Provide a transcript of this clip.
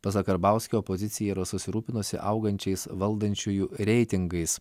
pasak karbauskio opozicija yra susirūpinusi augančiais valdančiųjų reitingais